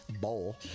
bowl